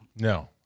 No